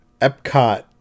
Epcot